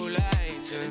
lights